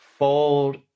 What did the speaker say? Fold